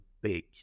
big